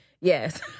yes